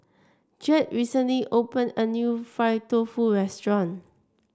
Jett recently opened a new Fried Tofu restaurant